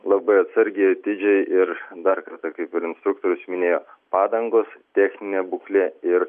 labai atsargiai atidžiai ir dar kartą kaip ir instruktorius minėjo padangos techninė būklė ir